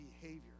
behavior